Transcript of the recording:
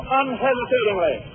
unhesitatingly